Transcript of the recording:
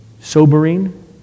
sobering